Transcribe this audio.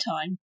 time